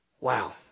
Wow